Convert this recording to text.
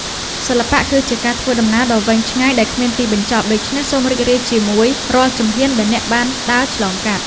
សិល្បៈគឺជាការធ្វើដំណើរដ៏វែងឆ្ងាយដែលគ្មានទីបញ្ចប់ ដូច្នេះសូមរីករាយជាមួយរាល់ជំហានដែលអ្នកបានដើរឆ្លងកាត់។